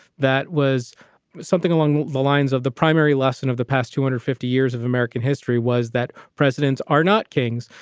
that was something along the lines of the primary lesson of the past two hundred and fifty years of american history was that presidents are not kings.